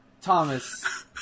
Thomas